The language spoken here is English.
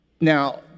Now